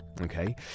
okay